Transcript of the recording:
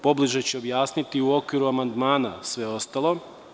Pobliže ću objasniti u okviru amandmana sve ostalo.